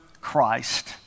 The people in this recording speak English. Christ